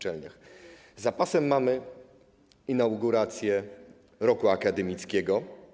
Za pasem mamy inaugurację roku akademickiego.